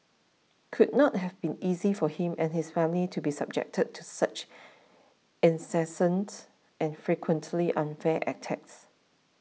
could not have been easy for him and his family to be subjected to such incessant and frequently unfair attacks